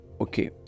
okay